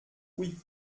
oui